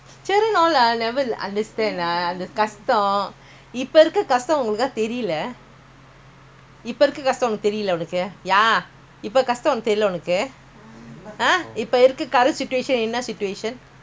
current situation no என்ன:enna situation now what is the current situation because that's why all is well now your parents is there to do for you that's why all is well for your parents who is doing for them